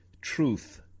truth